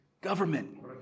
Government